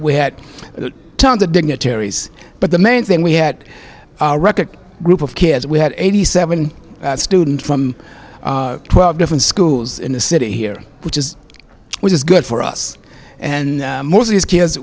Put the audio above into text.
we had tons of dignitaries but the main thing we had record group of kids we had eighty seven students from twelve different schools in the city here which is which is good for us and most of these kids